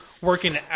working